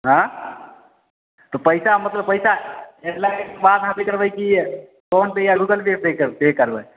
आँ तऽ पैसा मतलब पैसा भेजलाके बाद अथी करबै की फोन पे गूगल पे पर करबै